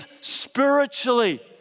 spiritually